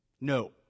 No